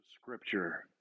scripture